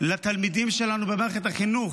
לתלמידים שלנו במערכת החינוך,